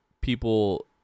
people